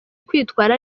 kwitwara